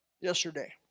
yesterday